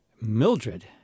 Mildred